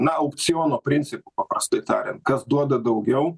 na aukciono principu paprastai tariant kas duoda daugiau